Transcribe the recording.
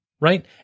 Right